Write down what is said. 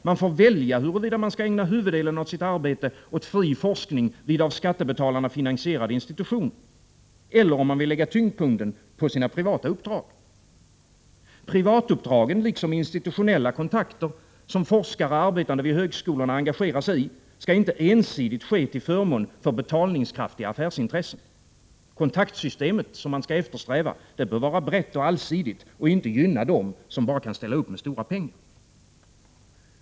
Man får välja huruvida man skall ägna huvuddelen av sitt arbete åt fri forskning vid av skattebetalarna finansierade institutioner eller om man skall lägga tyngdpunkten på sina privatuppdrag. De privatuppdrag, liksom de institutionella kontakter, som forskare arbetande vid högskolorna engagerar sig i skall inte ensidigt ske till förmån för betalningskraftiga affärsintressen — det kontaktsystem som man skall eftersträva bör vara brett och allsidigt, och det bör inte bara gynna dem som kan ställa upp med stora pengar.